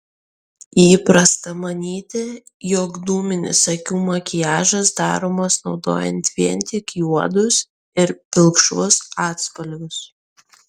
įprasta manyti jog dūminis akių makiažas daromas naudojant vien tik juodus ir pilkšvus atspalvius